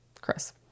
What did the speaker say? Chris